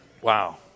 Wow